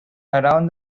around